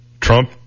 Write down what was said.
Trump